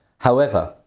however,